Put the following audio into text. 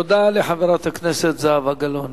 תודה לחברת הכנסת זהבה גלאון.